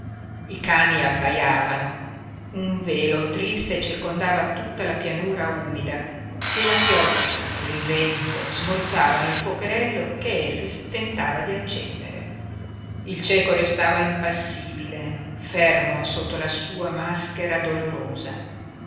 i cani abbaiavano un velo triste circondava tutta la pianura umida e la pioggia e il vento smorzavano il fuocherello che efix tentava di accendere il cieco restava impassibile fermo sotto la sua maschera dolorosa